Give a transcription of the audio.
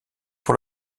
pour